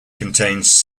contains